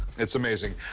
it's amazing.